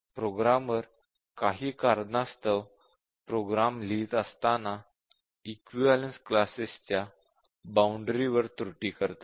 programmer काही कारणास्तव program लिहित असताना इक्विवलेन्स क्लासेसच्या बॉउंडरी वर त्रुटी करतात